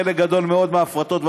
חלק גדול מאוד מההפרטות,